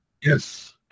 Yes